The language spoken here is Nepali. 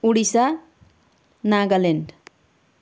उडिसा नागाल्यान्ड